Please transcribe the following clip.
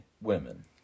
Women